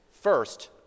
First